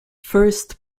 first